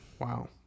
wow